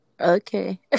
Okay